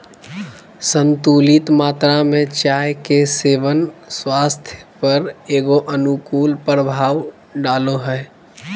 संतुलित मात्रा में चाय के सेवन स्वास्थ्य पर एगो अनुकूल प्रभाव डालो हइ